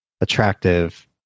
attractive